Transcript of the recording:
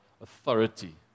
authority